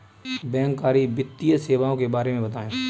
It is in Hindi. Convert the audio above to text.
बैंककारी वित्तीय सेवाओं के बारे में बताएँ?